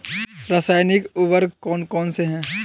रासायनिक उर्वरक कौन कौनसे हैं?